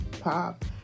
pop